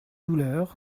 douleur